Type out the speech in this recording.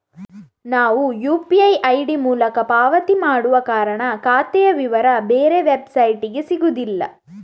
ನಾವು UPI ID ಮೂಲಕ ಪಾವತಿ ಮಾಡುವ ಕಾರಣ ಖಾತೆಯ ವಿವರ ಬೇರೆ ವೆಬ್ಸೈಟಿಗೆ ಸಿಗುದಿಲ್ಲ